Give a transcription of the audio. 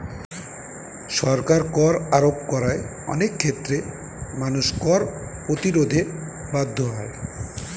সরকার কর আরোপ করায় অনেক ক্ষেত্রে মানুষ কর প্রতিরোধে বাধ্য হয়